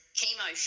chemo